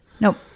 Nope